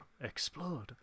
explode